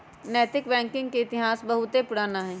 नैतिक बैंकिंग के इतिहास बहुते पुरान हइ